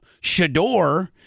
Shador